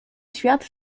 świat